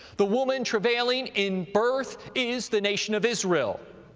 the woman travailing in birth is the nation of israel.